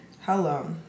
Hello